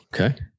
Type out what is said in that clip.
Okay